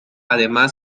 además